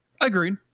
Agreed